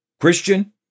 Christian